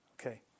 okay